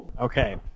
Okay